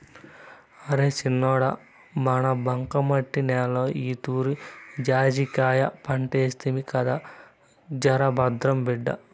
అరే సిన్నోడా మన బంకమట్టి నేలలో ఈతూరి జాజికాయ పంటేస్తిమి కదా జరభద్రం బిడ్డా